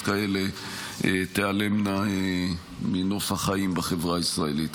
כאלה תיעלמנה מנוף החיים בחברה הישראלית.